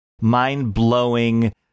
mind-blowing